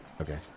Okay